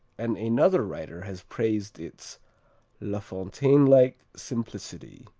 and another writer has praised its la fontaine-like simplicity.